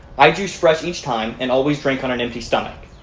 i juiced fresh each time and always drank on an empty stomach.